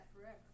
forever